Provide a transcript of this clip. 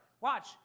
Watch